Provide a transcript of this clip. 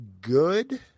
good